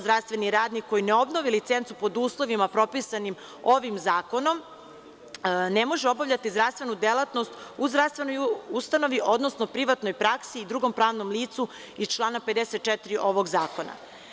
Zdravstveni radnik zapravo koji ne obnovi licencu pod uslovima propisanim ovim zakonom ne može obavljati zdravstvenu delatnost u zdravstvenoj ustanovi, odnosno privatnoj praksi i drugom pravnom licu iz člana 54. ovog zakona.